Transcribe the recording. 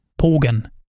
pogen